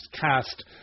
cast